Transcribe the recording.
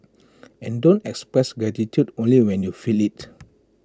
and don't express gratitude only when you feel IT